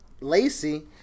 Lacey